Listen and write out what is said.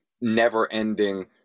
never-ending